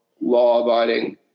law-abiding